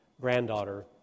granddaughter